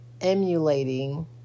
emulating